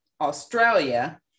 Australia